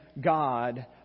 God